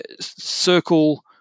circle